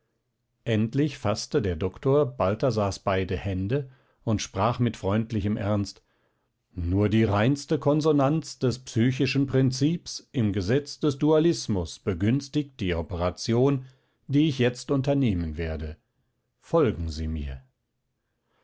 endlich faßte der doktor balthasars beide hände und sprach mit freundlichem ernst nur die reinste konsonanz des psychischen prinzips im gesetz des dualismus begünstigt die operation die ich jetzt unternehmen werde folgen sie mir